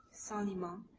soliman,